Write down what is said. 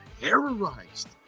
terrorized